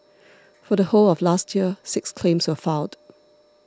for the whole of last year six claims were filed